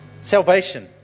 salvation